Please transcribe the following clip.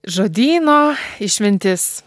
žodyno išmintis